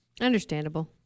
Understandable